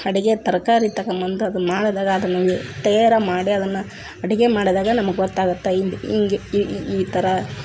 ಅಡುಗೆ ತರಕಾರಿ ತಗೊಬಂದು ಅದನ್ನು ಮಾಡಿದಾಗ ಅದನ್ನು ತಯಾರು ಮಾಡಿ ಅದನ್ನು ಅಡುಗೆ ಮಾಡಿದಾಗ ನಮ್ಗೆ ಗೊತ್ತಾಗುತ್ತೆ ಹೀಗೆ ಹೇಗೆ ಈ ಈ ಈ ಥರ